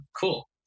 cool